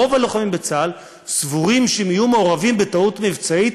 רוב הלוחמים בצה"ל סבורים שאם יהיו מעורבים בטעות מבצעית